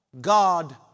God